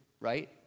right